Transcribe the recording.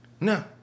No